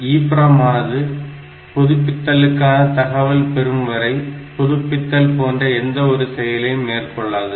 EPROM ஆனது புதுப்பித்தலுக்கான தகவலை பெறும்வரை புதுப்பித்தல் போன்ற எந்த ஒரு செயலையும் மேற்கொள்ளாது